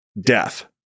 Death